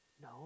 No